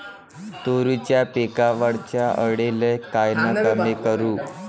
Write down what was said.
तुरीच्या पिकावरच्या अळीले कायनं कमी करू?